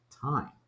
time